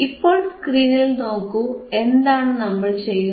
ഇപ്പോൾ സ്ക്രീനിൽ നോക്കൂ എന്താണ് നമ്മൾ ചെയ്യുന്നത്